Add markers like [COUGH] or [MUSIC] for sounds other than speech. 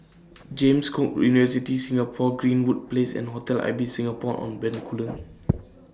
James Cook University Singapore Greenwood Place and Hotel Ibis Singapore on Bencoolen [NOISE]